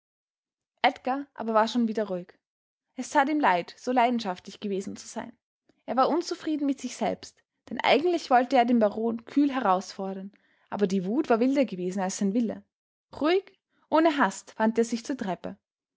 edgar aber war schon wieder ruhig es tat ihm leid so leidenschaftlich gewesen zu sein er war unzufrieden mit sich selbst denn eigentlich wollte er ja den baron kühl herausfordern aber die wut war wilder gewesen als sein wille ruhig ohne hast wandte er sich zur treppe